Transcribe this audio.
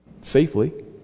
safely